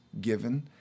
given